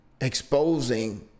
exposing